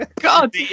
god